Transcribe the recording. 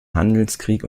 handelskrieg